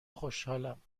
خوشحالم